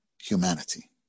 humanity